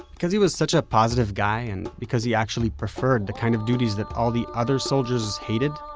because he was such a positive guy, and because he actually preferred the kind of duties that all the other soldiers hated,